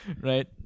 right